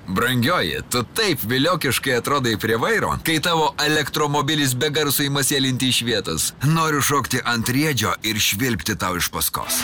brangioji tu taip viliokiškai atrodai prie vairo kai tavo elektromobilis be garso ima sėlinti iš vietos noriu šokti ant riedžio ir švilpti tau iš paskos